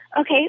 Okay